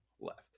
left